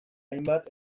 hainbat